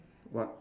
what